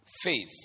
faith